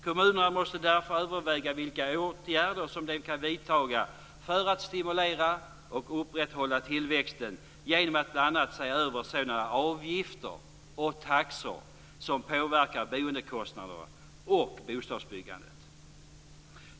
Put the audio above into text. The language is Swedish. Kommunerna måste därför överväga vilka åtgärder de kan vidta för att stimulera och upprätthålla tillväxten genom att bl.a. se över sådana avgifter och taxor som påverkar boendekostnaderna och bostadsbyggandet.